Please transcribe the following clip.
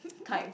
time